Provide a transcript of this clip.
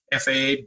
FAA